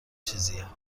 چیزیه